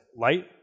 light